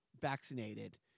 vaccinated